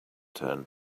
turned